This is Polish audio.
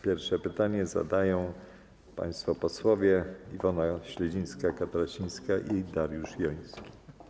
Pierwsze pytanie zadają państwo posłowie Iwona Śledzińska-Katarasińska i Dariusz Joński.